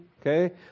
Okay